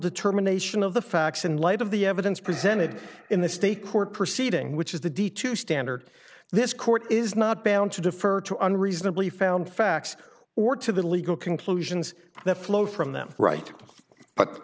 determination of the facts in light of the evidence presented in the state court proceeding which is the d two standard this court is not bound to defer to a reasonably found facts or to the legal conclusions that flow from them right but